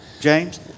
James